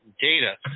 data